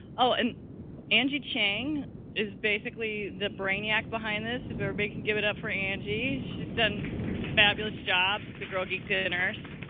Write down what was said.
oh, and angie chang is basically the brainiac behind this, if everybody can give it up for angie. she's done fabulous job at like the girl geek dinners.